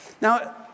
Now